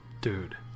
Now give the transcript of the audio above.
dude